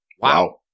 Wow